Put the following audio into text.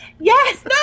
Yes